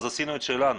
אז עשינו את שלנו.